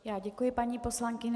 Já děkuji, paní poslankyně.